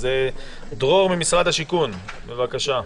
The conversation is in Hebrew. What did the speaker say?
דרור ממשרד השיכון, בבקשה.